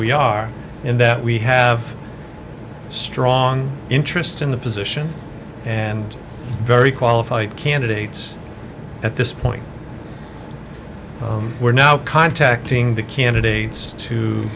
we are and that we have strong interest in the position and very qualified candidates at this point we're now contacting the candidates to